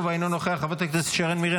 חברת הכנסת צגה מלקו,